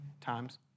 times